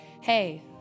Hey